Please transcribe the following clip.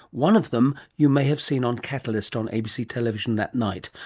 one of them you may have seen on catalyst on abc tv that night,